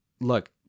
look